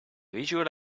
visual